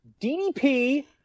DDP